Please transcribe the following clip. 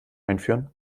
einführen